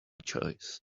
choice